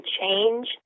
change